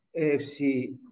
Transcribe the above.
AFC